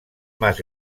más